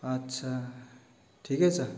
अच्छा ठिकै छ